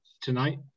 tonight –